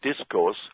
discourse